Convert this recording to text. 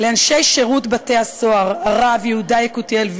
לאנשי שירות בתי-הסוהר: הרב יהודה יקותיאל ויזנר,